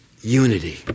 unity